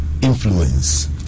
influence